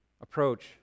approach